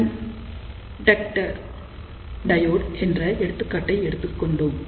கண் டையோட் என்ற எடுத்துக்காட்டை எடுத்துக்கொண்டோம்